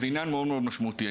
זה עניין מאוד משמעותי.